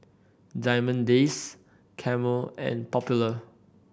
Diamond Days Camel and Popular